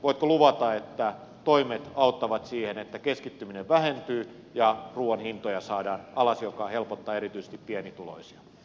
voitko luvata että toimet auttavat siihen että keskittyminen vähentyy ja ruuan hintoja saadaan alas mikä helpottaa erityisesti pienituloisia